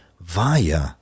via